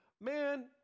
man